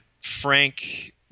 Frank